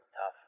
tough